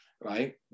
right